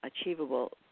Achievable